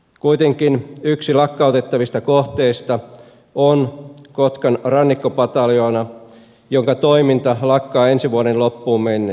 kuitenkin yksi lakkautettavista kohteista on kotkan rannikkopataljoona jonka toiminta lakkaa ensi vuoden loppuun mennessä